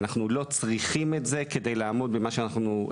אנחנו לא צריכים את זה כדי לעמוד במה שאנחנו.